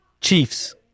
Chiefs